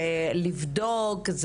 זה לבדוק,